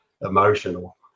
emotional